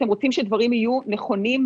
אתם רוצים שהדברים יהיו נכונים,